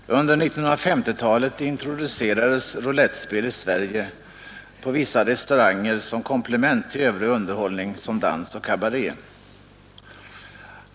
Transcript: Fru talman! Under 1950-talet introducerades roulettspel i Sverige på vissa restauranger, som komplement till övrig underhållning såsom dans och kabaré.